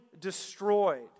destroyed